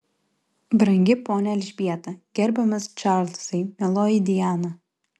brangi ponia elžbieta gerbiamas čarlzai mieloji diana